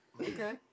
Okay